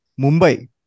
Mumbai